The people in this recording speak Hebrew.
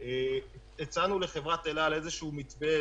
הצענו לחברת אל על איזשהו מתווה,